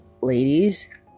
ladies